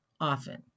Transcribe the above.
often